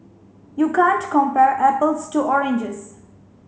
you can't compare apples to oranges